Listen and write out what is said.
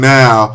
now